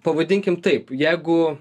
pavadinkim taip jeigu